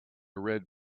red